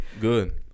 Good